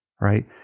Right